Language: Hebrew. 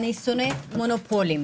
4 נגד רוב גדול הרביזיה נדחתה.